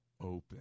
open